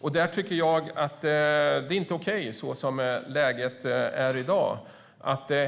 Läget i dag är inte okej.